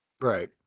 Right